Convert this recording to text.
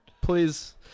Please